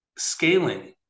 Scaling